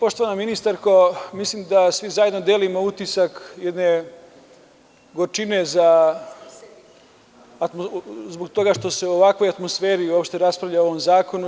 Poštovana ministarko, mislim da svi zajedno delimo utisak jedne gorčine zbog toga što se u ovakvoj atmosferi uopšte raspravlja o ovom zakonu.